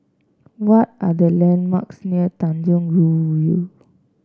what are the landmarks near Tanjong Rhu View